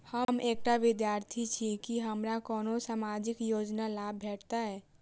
हम एकटा विद्यार्थी छी, की हमरा कोनो सामाजिक योजनाक लाभ भेटतय?